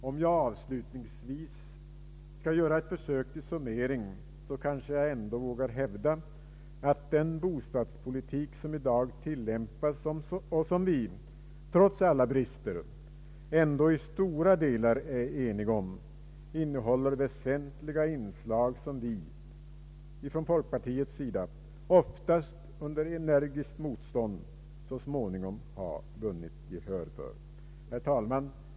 För att avslutningsvis göra ett försök till summering kanske jag dock vågar hävda att den bostadspolitik som i dag tillämpas och som vi, trots alla brister, ändå i stora delar är ense om, innehåller väsentliga inslag som vi från folkpartiet, oftast under energiskt motstånd, så småningom har vunnit gehör för. Herr talman!